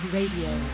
Radio